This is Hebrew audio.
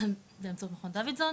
באמצעות מכון דוידסון.